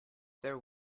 their